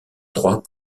trois